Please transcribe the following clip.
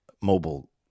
mobile